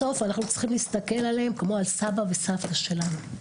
אנחנו צריכים להסתכל על האנשים האלה כמו על סבא ועל סבתא שלנו.